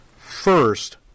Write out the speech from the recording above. First